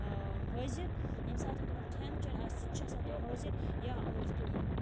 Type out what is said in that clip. حٲضِر ییٚمہِ ساتَن تِمَن کھٮ۪ن چٮ۪ن آسہِ سُہ تہِ آسان تِمَن حٲضِر یا یُس تِم